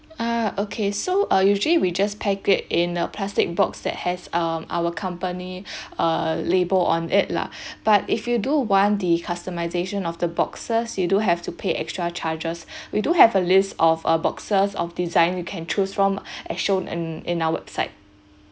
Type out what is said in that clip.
ah okay so uh usually we just pack it in a plastic box that has um our company err label on it lah but if you do want the customisation of the boxes you do have to pay extra charges we do have a list of a boxes of design you can choose from as shown in in our website